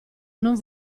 non